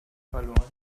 verloren